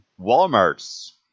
Walmart's